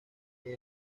que